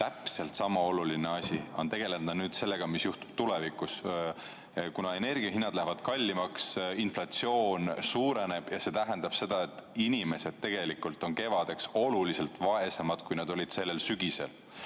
Täpselt sama oluline asi on tegeleda nüüd sellega, mis juhtub tulevikus, kuna energia hinnad lähevad kallimaks, inflatsioon suureneb ja see tähendab seda, et inimesed tegelikult on kevadeks oluliselt vaesemad, kui nad olid sellel sügisel.